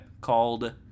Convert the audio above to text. called